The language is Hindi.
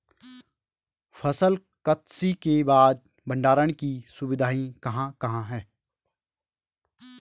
फसल कत्सी के बाद भंडारण की सुविधाएं कहाँ कहाँ हैं?